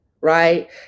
Right